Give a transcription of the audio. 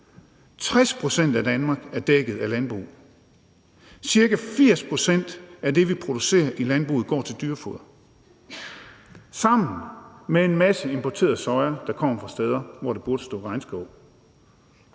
60 pct. af Danmark er dækket af landbrug. Cirka 80 pct. af det, vi producerer i landbruget, går til dyrefoder sammen med en masse importeret soja, der kommer fra steder, hvor der burde stå regnskov,